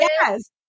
Yes